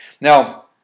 Now